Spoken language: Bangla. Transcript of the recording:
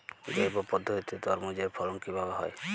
জৈব পদ্ধতিতে তরমুজের ফলন কিভাবে হয়?